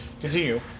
continue